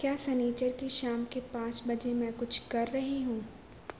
کیا سنیچر کی شام کے پانچ بجے میں کچھ کر رہی ہوں